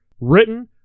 Written